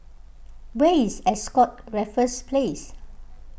where is Ascott Raffles Place